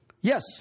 Yes